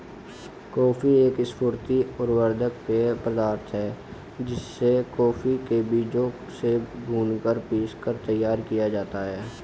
coffee एक स्फूर्ति वर्धक पेय पदार्थ है जिसे कॉफी के बीजों से भूनकर पीसकर तैयार किया जाता है